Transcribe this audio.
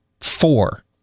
four